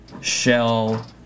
shell